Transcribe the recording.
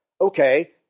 okay